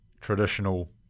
traditional